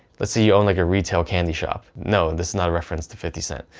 let's say you own like a retail candy shop, no this is not a reference to fifty cent,